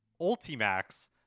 Ultimax